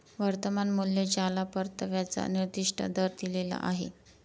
वर्तमान मूल्य ज्याला परताव्याचा निर्दिष्ट दर दिलेला आहे